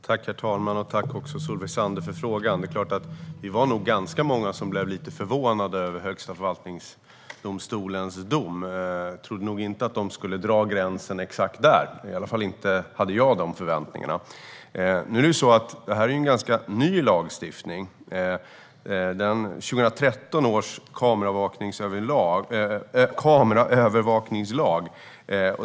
Herr talman! Tack, Solveig Zander, för frågan! Vi var nog ganska många som blev lite förvånade över Högsta förvaltningsdomstolens dom. Jag trodde nog inte att de skulle dra gränsen exakt där. Det var i alla fall inte de förväntningar jag hade. Nu handlar ju detta om en ganska ny lagstiftning, 2013 års kameraövervakningslag.